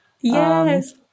yes